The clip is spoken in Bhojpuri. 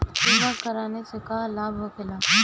बीमा कराने से का लाभ होखेला?